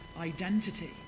identity